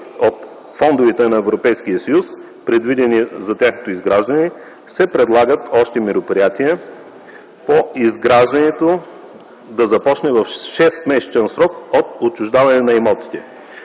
от фондове на Европейския съюз, предвидени за тяхното изграждане, се предлага още мероприятията по изграждането да започнат в 6-месечен срок от отчуждаването на имотите.